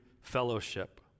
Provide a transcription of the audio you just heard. fellowship